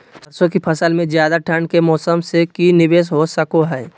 सरसों की फसल में ज्यादा ठंड के मौसम से की निवेस हो सको हय?